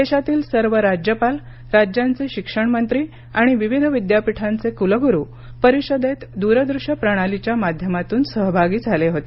देशातील सर्व राज्यपाल राज्यांचे शिक्षणमंत्री आणि विविध विद्यापीठांचे कुलगुरू परिषदेत दूरदृश्य प्रणालीच्या माध्यमातून सहभागी झाले होते